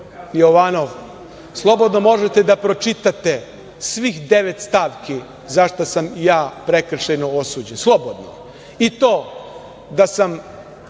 Jovanov, slobodno možete da pročitate svih devet stavki za šta sam ja prekršajno osuđen, slobodno. I to da sam